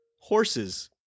horses